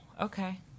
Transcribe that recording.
Okay